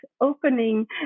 opening